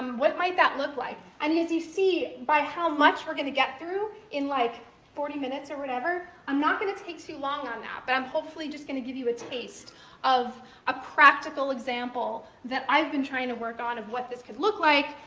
what might that look like? and, as you see, by how much we're going to get through, in like forty minutes, or whatever, i'm not going to take too long on that, but i'm hopefully just going to give you a taste of a practical example that i've been trying to work on of what this can look like.